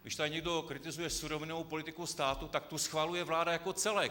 Když tady někdo kritizuje surovinovou politiku státu, tak tu schvaluje vláda jako celek.